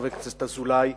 חבר הכנסת אזולאי,